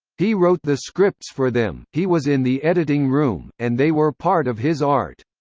he wrote the scripts for them, he was in the editing room, and they were part of his art.